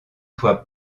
toit